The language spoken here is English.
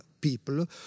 people